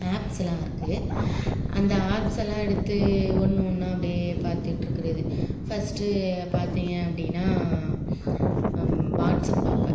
ஆப்ஸ்யெல்லாம் இருக்குது அந்த ஆப்ஸ்யெல்லாம் எடுத்து ஒன்று ஒன்றா அப்படியே பார்த்துட்டு இருக்கிறது ஃபர்ஸ்ட்டு பார்த்திங்க அப்படினா வாட்ஸ்அப் பார்ப்பேன்